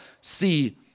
see